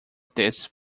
this